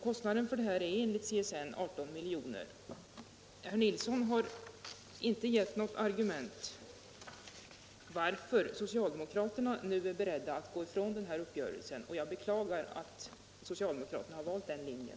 Kostnaderna härför är enligt centrala studiestödsnämnden 18 milj.kr. Herr Nilsson i Norrköping har här inte angivit något argument varför socialdemokraterna nu är beredda att gå ifrån den uppgörelsen. Jag beklagar att socialdemokraterna har valt den linjen.